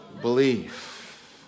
belief